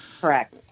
correct